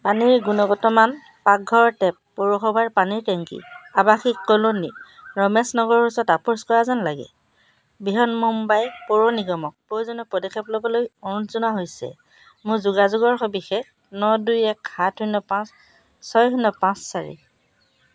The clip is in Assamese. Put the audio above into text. পানীৰ গুণগত মান পাকঘৰৰ টেপ পৌৰসভাৰ পানীৰ টেংকী আৱাসিক কলোনী ৰমেশ নগৰৰ ওচৰত আপোচ কৰা যেন লাগে বৃহন্মুম্বাই পৌৰ নিগমক প্ৰয়োজনীয় পদক্ষেপ ল'বলৈ অনুৰোধ জনোৱা হৈছে মোৰ যোগাযোগৰ সবিশেষঃ ন দুই এক সাত শূন্য পাঁচ ছয় শূন্য পাঁচ চাৰি